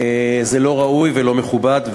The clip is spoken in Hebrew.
זה לא ראוי ולא מכובד,